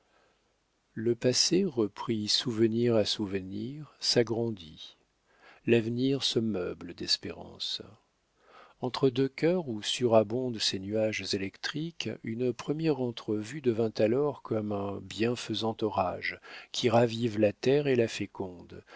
le passé repris souvenir à souvenir s'agrandit l'avenir se meuble d'espérances entre deux cœurs où surabondent ces nuages électriques une première entrevue devint alors comme un bienfaisant orage qui ravive la terre et la féconde